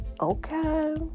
Okay